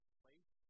place